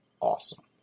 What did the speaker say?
awesome